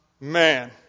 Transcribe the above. Man